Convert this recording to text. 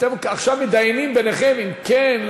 אתם עכשיו מתדיינים ביניכם אם כן,